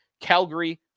Calgary